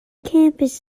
campus